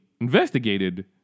investigated